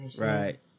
right